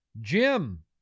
Jim